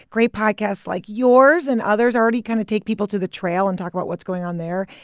great podcasts like yours and others already kind of take people to the trail and talk about what's going on there.